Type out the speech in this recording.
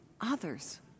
others